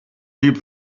deep